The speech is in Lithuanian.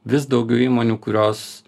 vis daugiau įmonių kurios